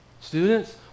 students